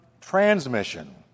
transmission